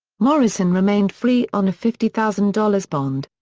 morrison remained free on a fifty thousand dollars bond.